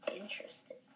interesting